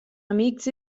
amics